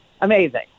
amazing